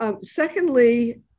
Secondly